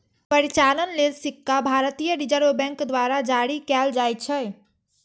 परिचालन लेल सिक्का भारतीय रिजर्व बैंक द्वारा जारी कैल जाइ छै